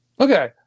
Okay